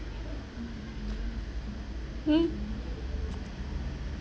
hmm